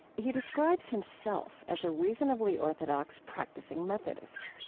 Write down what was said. he describes himself as a reasonably orthodox practicing methodist,